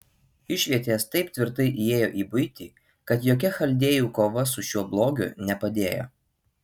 išvietės taip tvirtai įėjo į buitį kad jokia chaldėjų kova su šiuo blogiu nepadėjo